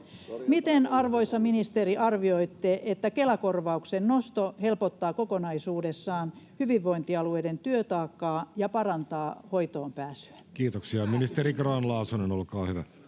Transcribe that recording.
Miten, arvoisa ministeri, arvioitte, että Kela-korvauksen nosto helpottaa kokonaisuudessaan hyvinvointialueiden työtaakkaa ja parantaa hoitoonpääsyä? Kiitoksia. — Ministeri Grahn-Laasonen, olkaa hyvä.